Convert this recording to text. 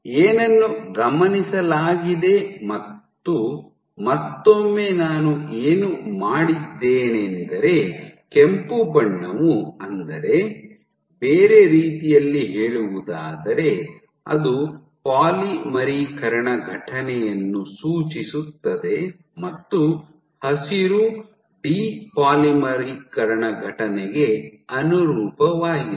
ಏನನ್ನು ಗಮನಿಸಲಾಗಿದೆ ಮತ್ತು ಮತ್ತೊಮ್ಮೆ ನಾನು ಏನು ಮಾಡಿದ್ದೇನೆಂದರೆ ಕೆಂಪು ಬಣ್ಣವು ಅಂದರೆ ಬೇರೆ ರೀತಿಯಲ್ಲಿ ಹೇಳುವುದಾದರೆ ಅದು ಪಾಲಿಮರೀಕರಣ ಘಟನೆಯನ್ನು ಸೂಚಿಸುತ್ತದೆ ಮತ್ತು ಹಸಿರು ಡಿ ಪಾಲಿಮರೀಕರಣ ಘಟನೆಗೆ ಅನುರೂಪವಾಗಿದೆ